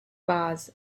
vase